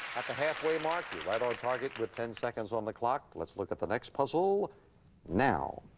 at the halfway mark, you're right on target with ten seconds on the clock. let's look at the next puzzle now.